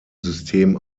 system